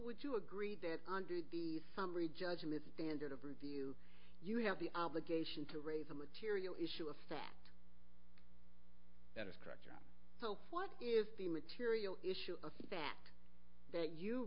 would you agree that under the summary judgment standard of review you have the obligation to raise a material issue a fact that is correct so what is the material issue of fact that you